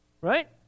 right